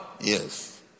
Yes